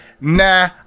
nah